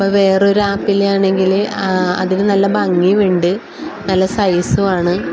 അപ്പം വേറൊരു ആപ്പിൽ ആണെങ്കിൽ അതിൽ നല്ല ഭംഗിയും ഉണ്ട് നല്ല സൈസുമാണ്